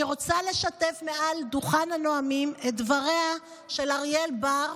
אני רוצה לשתף מעל דוכן הנואמים את דבריה של אריאל בר,